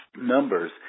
numbers